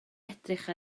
edrych